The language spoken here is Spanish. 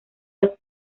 los